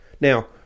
now